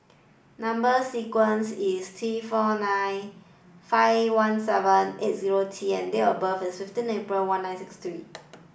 number sequence is T four nine five one seven eight zero T and date of birth is fifteen April one nine six three